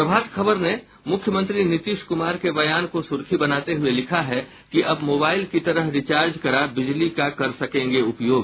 प्रभात खबर ने मुख्यमंत्री नीतीश कुमार के बयान को सुर्खी बनाते हुये लिखा है अब मोबाइल की तरह रिचार्ज करा बिजली का कर सकेंगे उपयोग